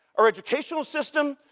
our educational system,